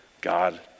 God